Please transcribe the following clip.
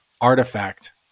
artifact